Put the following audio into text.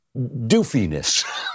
doofiness